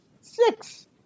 Six